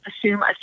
assume